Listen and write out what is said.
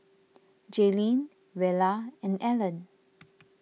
Jaylin Rella and Allen